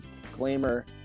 disclaimer